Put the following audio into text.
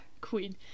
Queen